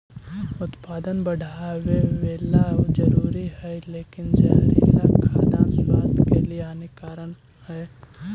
उत्पादन बढ़ावेला जरूरी हइ लेकिन जहरीला खाद्यान्न स्वास्थ्य के लिए हानिकारक हइ